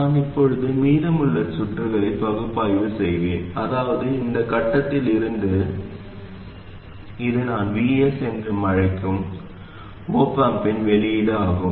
நான் இப்போது மீதமுள்ள சுற்றுகளை பகுப்பாய்வு செய்வேன் அதாவது இந்த கட்டத்தில் இருந்து இது நான் Vs என்று அழைக்கும் op amp இன் வெளியீடு ஆகும்